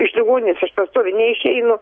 iš ligoninės aš pastoviai neišeinu